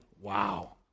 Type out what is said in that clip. Wow